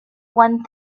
one